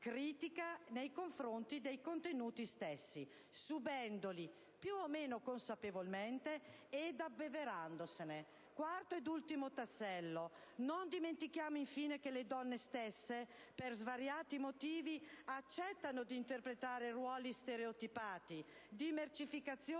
critica nei confronti dei contenuti stessi, subendoli più o meno consapevolmente ed abbeverandosene. Quarto ed ultimo tassello. Non dimentichiamo che le donne stesse, per svariati motivi, accettano di interpretare ruoli stereotipati, di mercificazione